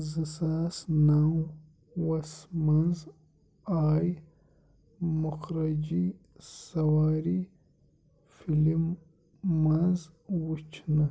زٕ ساس نَووَس منٛز آیہِ مُکھرجی سواری فلم منٛز وٕچھنہٕ